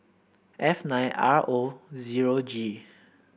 F nine R O zero G